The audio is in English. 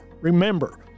remember